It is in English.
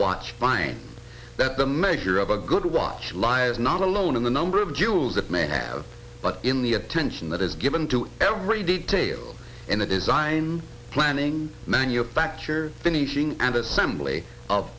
watch find that the measure of a good watch lie is not alone in the number of jewels that may have but in the attention that is given to every detail in the design planning manufacture anything and assembly of